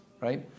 Right